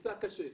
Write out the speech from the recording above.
ונפצע קשה.